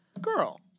girl